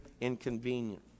inconvenient